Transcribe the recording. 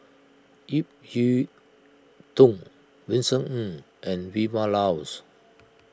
Ip Yiu Tung Vincent Ng and Vilma Laus